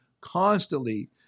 constantly